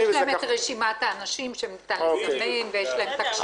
יש להם את רשימת האנשים שניתן לזמן ויש להם את הקשרים.